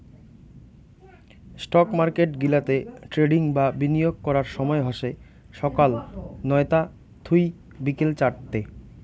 stock market গিলাতে trading বা বিনিয়োগ করার সময় হসে সকাল নয়তা থুই বিকেল চারতে